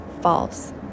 false